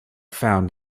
found